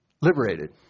liberated